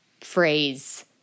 phrase